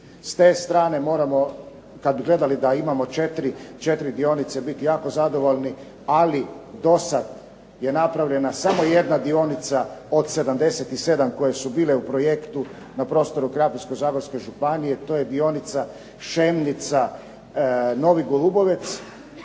S te strane moramo, kad bi gledali da imamo 4 dionice, biti jako zadovoljni, ali dosad je napravljena samo jedna dionica od 77 koje su bile u projektu na prostoru Krapinsko-zagorske županije, to je dionica Šemnica-Novi Golubovec.